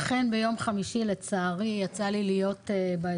אכן ביום חמישי לצערי יצא להיות באזור,